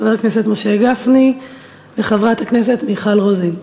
חבר הכנסת משה גפני וחברת הכנסת מיכל רוזין.